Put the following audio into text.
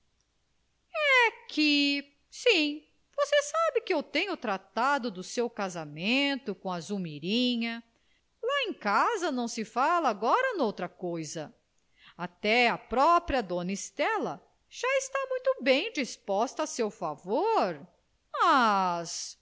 é que sim você sabe que eu tenho tratado do seu casamento com a zulmirinha lá em casa não se fala agora noutra coisa até a própria dona estela já está muito bem disposta a seu favor mas